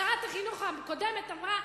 שרת החינוך הקודמת אמרה,